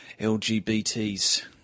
lgbt's